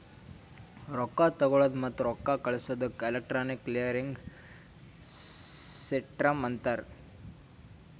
ರೊಕ್ಕಾ ತಗೊಳದ್ ಮತ್ತ ರೊಕ್ಕಾ ಕಳ್ಸದುಕ್ ಎಲೆಕ್ಟ್ರಾನಿಕ್ ಕ್ಲಿಯರಿಂಗ್ ಸಿಸ್ಟಮ್ ಅಂತಾರ್